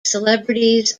celebrities